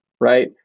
right